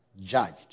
judged